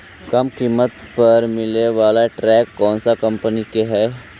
कम किमत पर मिले बाला ट्रैक्टर कौन कंपनी के है?